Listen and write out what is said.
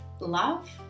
love